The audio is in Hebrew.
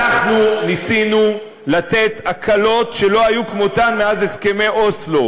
אנחנו ניסינו לתת הקלות שלא היו כמותן מאז הסכמי אוסלו,